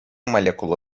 молекулы